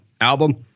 album